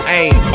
aim